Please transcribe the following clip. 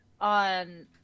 on